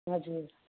हजुर